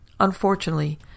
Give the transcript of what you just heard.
Unfortunately